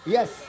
Yes